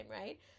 right